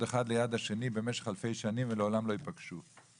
אחד ליד השני ולעולם הם לא ייפגשו.